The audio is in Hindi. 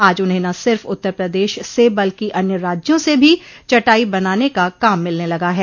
आज उन्हें न सिर्फ उत्तर प्रदेश से बल्कि अन्य राज्यों से भी चटाई बनाने के काम मिलने लगा है